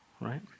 right